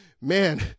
man